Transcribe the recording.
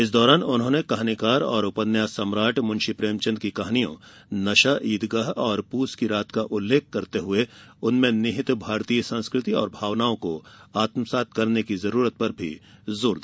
इस दौरान उन्होंने कहानीकार और उपन्यास सम्राट मुंशी प्रेमचंद की कहानियों नशा ईदगाह और पूस की रात का उल्लेख कर उनमें निहित भारतीय संस्कृति और भावनाओं को आत्मसात करने की जरूरत पर जोर दिया